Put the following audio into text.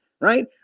right